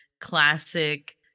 classic